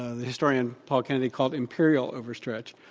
ah the historian paul kennedy called imperial overstretch.